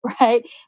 right